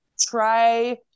Try